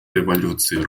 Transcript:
революции